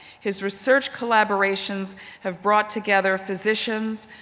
his research collaborations have brought together physicians,